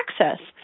access